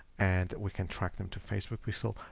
and we can track them to facebook pixel.